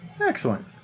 excellent